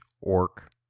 Orc